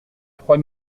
trois